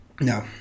No